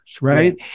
right